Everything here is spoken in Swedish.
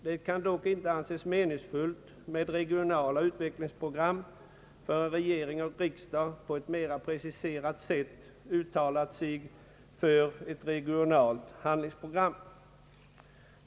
Det kan dock inte anses meningsfullt med regionala utvecklingsprogram förrän regering och riksdag på ett mera preciserat sätt uttalat sig för ett regionalt handlingsprogram.